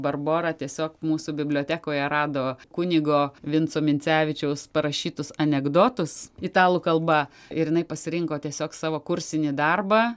barbora tiesiog mūsų bibliotekoje rado kunigo vinco mincevičiaus parašytus anekdotus italų kalba ir jinai pasirinko tiesiog savo kursinį darbą